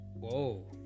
Whoa